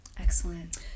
Excellent